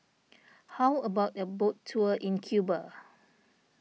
how about a boat tour in Cuba